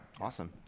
Awesome